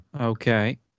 Okay